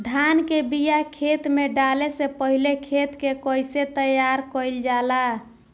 धान के बिया खेत में डाले से पहले खेत के कइसे तैयार कइल जाला?